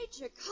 Major